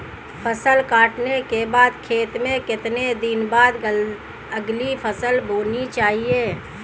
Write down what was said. फसल काटने के बाद खेत में कितने दिन बाद अगली फसल बोनी चाहिये?